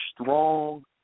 strong